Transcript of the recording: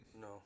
No